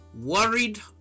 Worried